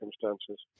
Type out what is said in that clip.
circumstances